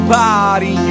body